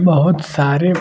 बहुत सारे